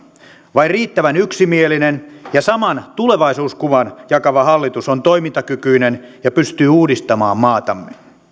vain riittävän yksimielinen ja saman tulevaisuuskuvan jakava hallitus on toimintakykyinen ja pystyy uudistamaan maatamme